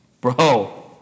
Bro